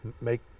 make